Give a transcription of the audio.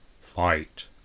fight